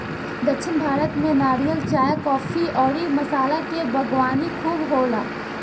दक्षिण भारत में नारियल, चाय, काफी अउरी मसाला के बागवानी खूब होला